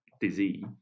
disease